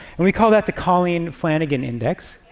and we call that the colleen flanagan index.